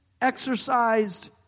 exercised